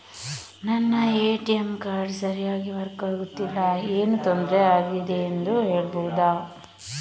ನನ್ನ ATM card ಸರಿಯಾಗಿ work ಆಗುತ್ತಿಲ್ಲ, ಏನು ತೊಂದ್ರೆ ಆಗಿದೆಯೆಂದು ಹೇಳ್ಬಹುದಾ?